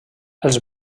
els